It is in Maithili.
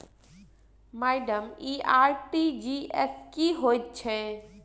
माइडम इ आर.टी.जी.एस की होइ छैय?